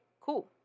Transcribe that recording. cool